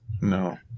no